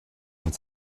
und